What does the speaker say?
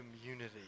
community